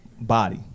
body